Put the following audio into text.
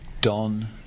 Don